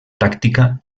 pràctica